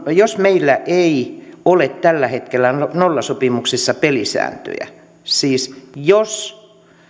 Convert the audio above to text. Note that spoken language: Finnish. jos meillä ei ole tällä hetkellä nollasopimuksissa pelisääntöjä siis jos